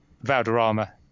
Valderrama